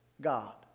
God